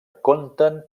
conten